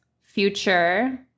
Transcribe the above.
future